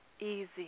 easy